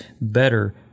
better